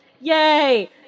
yay